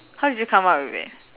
how did you come up with it